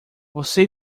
você